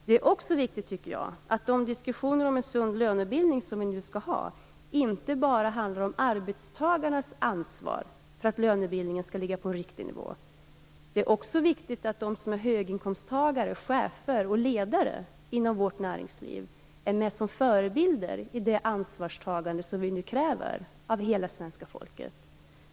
Och det är viktigt att de diskussioner om en sund lönebildning som vi nu skall ha inte bara handlar om arbetstagarnas ansvar för att lönebildningen skall ligga på en riktig nivå. Höginkomsttagare, chefer och ledare inom vårt näringsliv skall vara med som förebilder i det ansvarstagande som vi nu kräver av hela svenska folket.